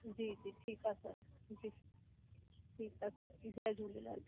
ी जी ठीकु आहे सर जी ठीकु आहे सर जय झूलेलाल